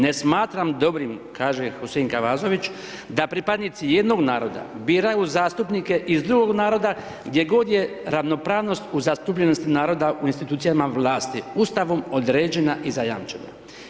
Ne smatram dobrim, kaže Husein Kavazović da pripadnici jednog naroda biraju zastupnike iz drugog naroda gdje god je ravnopravnost u zastupljenosti naroda u institucijama vlasti, ustavom određena i zajamčena.